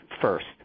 first